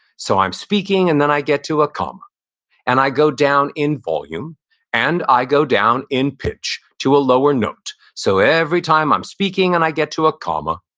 so i'm speaking and then i get to a comma and i go down in volume and i go down in pitch to a lower note. so every time i'm speaking, when and i get to a comma,